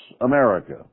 America